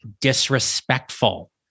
disrespectful